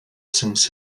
sings